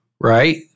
right